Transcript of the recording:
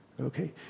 okay